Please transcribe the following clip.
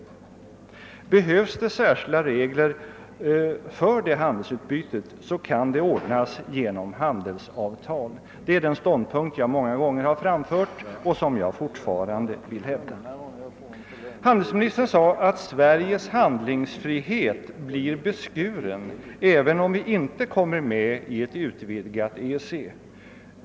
Behövs det särskilda regler för detta handelsutbyte kan detta ordnas genom handelsavtal. Det är den ståndpunkt som jag många gånger har framfört och som jag fortfarande vill hävda. Handelsministern sade att Sveriges handlingsfrihet blir beskuren, även om vi inte kommer med i ett utvidgat EEC.